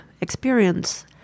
experience